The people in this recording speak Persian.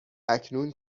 اکنون